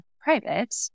private